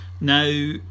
now